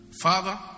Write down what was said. father